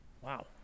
Wow